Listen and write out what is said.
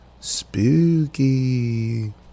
Spooky